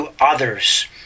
others